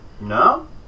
No